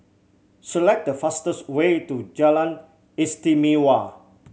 select the fastest way to Jalan Istimewa